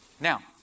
Now